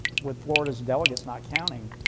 with florida's delegates not counting